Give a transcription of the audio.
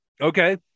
Okay